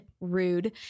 rude